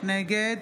נגד